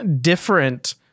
different